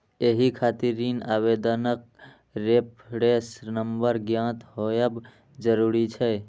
एहि खातिर ऋण आवेदनक रेफरेंस नंबर ज्ञात होयब जरूरी छै